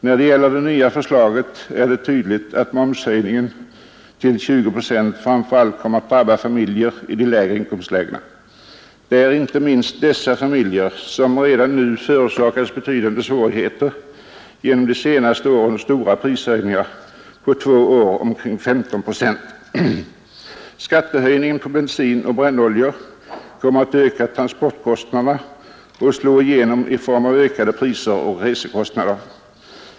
När det gäller det nya skatteförslaget är det tydligt att momshöjningen till 20 procent framför allt kommer att drabba familjer i de lägre inkomstlägena. Det är inte minst dessa familjer som redan nu förorsakats betydande svårigheter genom de senaste årens stora prishöjningar, på två år omkring 15 procent. Skattehöjningen på bensin och motorbrännoljor kommer att öka transportkostnaderna och slå igenom i form av ökade priser och resekostnader.